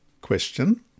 Question